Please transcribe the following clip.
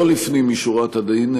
לא לפנים משורת הדין,